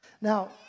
Now